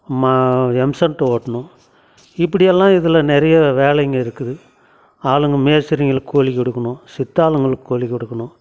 மா எம்சேன்ட் ஓட்டணும் இப்படியெல்லாம் இதில் நிறைய வேலைங்க இருக்குது ஆளுங்க மேஸ்திரிங்களுக்கு கூலி கொடுக்கணும் சித்தாளுங்களுக்கு கூலி கொடுக்கணும்